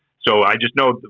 so, i just know,